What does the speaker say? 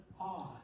awe